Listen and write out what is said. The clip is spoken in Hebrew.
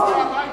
הוא נוסע הביתה.